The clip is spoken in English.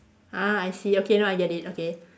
ah I see okay now I get it okay